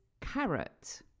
carrot